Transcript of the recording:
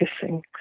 kissing